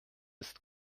ist